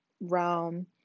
realm